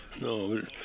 No